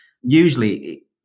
Usually